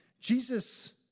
Jesus